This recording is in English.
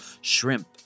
shrimp